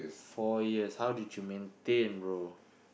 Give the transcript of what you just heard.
four years how did you maintain bro